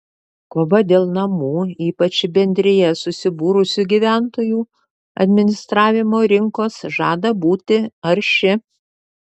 kova dėl namų ypač į bendrijas susibūrusių gyventojų administravimo rinkos žada būti arši